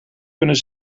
kunnen